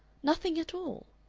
nothing at all.